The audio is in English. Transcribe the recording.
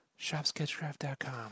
ShopSketchcraft.com